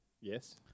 Yes